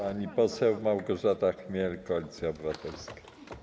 Pani poseł Małgorzata Chmiel, Koalicja Obywatelska.